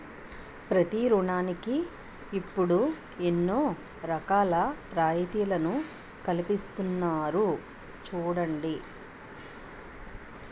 ప్రతి ఋణానికి ఇప్పుడు ఎన్నో రకాల రాయితీలను కల్పిస్తున్నారు చూడండి